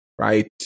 right